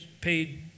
paid